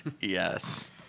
Yes